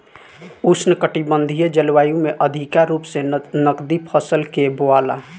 उष्णकटिबंधीय जलवायु में अधिका रूप से नकदी फसल के बोआला